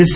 H